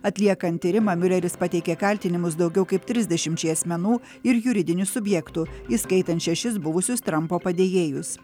atliekant tyrimą miuleris pateikė kaltinimus daugiau kaip trisdešimčiai asmenų ir juridinių subjektų įskaitant šešis buvusius trampo padėjėjus